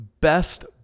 best